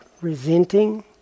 resenting